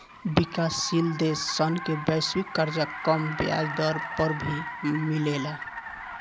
विकाशसील देश सन के वैश्विक कर्जा कम ब्याज दर पर भी मिलेला